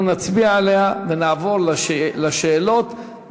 אנחנו נצביע ונעבור לשאלות,